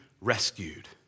rescued